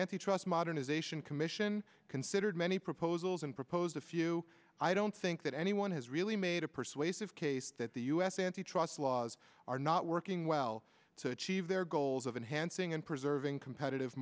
antitrust modernization commission considered many proposals and proposed a few i don't think that anyone has really made a persuasive case that the u s antitrust laws are not working well to achieve their goals of enhancing and preserving competitive